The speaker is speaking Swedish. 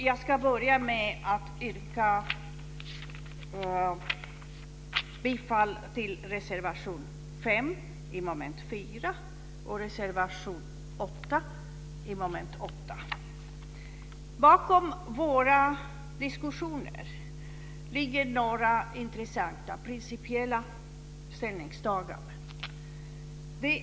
Jag ska börja med att yrka bifall till reservation Bakom våra diskussioner ligger några intressanta principiella ställningstaganden.